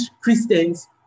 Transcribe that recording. Christians